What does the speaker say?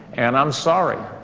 and i'm sorry.